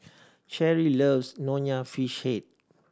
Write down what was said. Cherie loves Nonya Fish Head